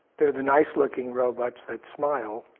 they're the nice looking robots that smile.